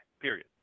period